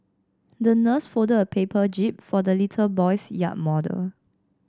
the nurse folded a paper jib for the little boy's yacht model